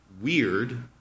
weird